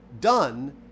done